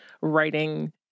writing